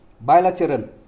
bilateral